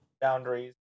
boundaries